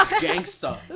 Gangster